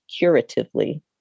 curatively